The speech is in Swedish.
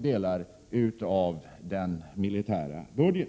delar av den militära budget.